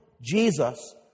Jesus